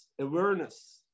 awareness